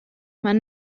mar